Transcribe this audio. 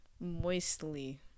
Moistly